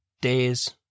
days